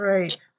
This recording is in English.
Right